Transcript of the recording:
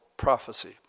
Prophecy